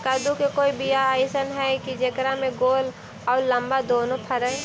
कददु के कोइ बियाह अइसन है कि जेकरा में गोल औ लमबा दोनो फरे?